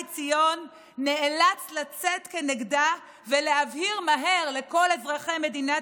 ציון נאלץ לצאת כנגדה ולהבהיר מהר לכל אזרחי מדינת